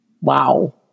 wow